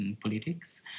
politics